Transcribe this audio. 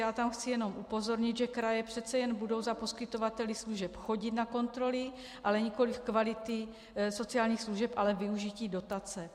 Já tam chci jenom upozornit, že kraje přece jen budou za poskytovateli služeb chodit na kontroly, ale nikoliv kvality sociálních služeb, ale využití dotace.